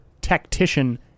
tactician